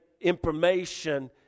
information